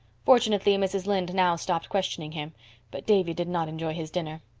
fortunately mrs. lynde now stopped questioning him but davy did not enjoy his dinner.